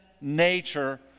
nature